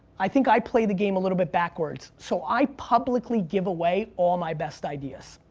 i think i play the game a little bit backwards. so i publicly give away all my best ideas.